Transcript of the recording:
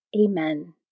Amen